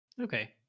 Okay